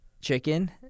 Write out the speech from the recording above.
chicken